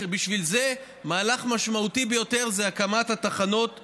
בשביל זה מהלך משמעותי ביותר זה הקמת התחנות ברשויות.